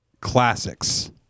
classics